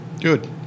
Good